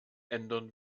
ändern